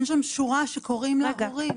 אין שם שורה שקוראים לה 'הורים',